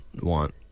want